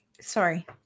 sorry